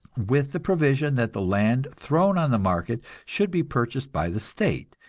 with the provision that the land thrown on the market should be purchased by the state,